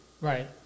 Right